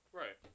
right